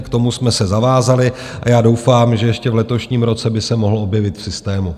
K tomu jsme se zavázali a já doufám, že ještě v letošním roce by se mohl objevit v systému.